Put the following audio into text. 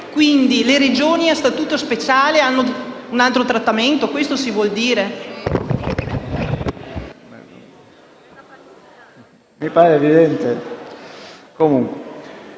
Quindi le Regioni a Statuto speciale avrebbero un altro trattamento? Questo si vuol dire?